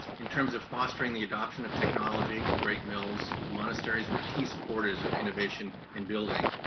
in terms of fostering the adoption of technology, the great mills, the monasteries were key supporters of innovation and building,